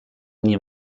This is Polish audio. dnie